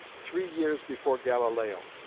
three years before galileo.